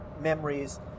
memories